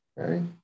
Okay